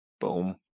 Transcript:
Boom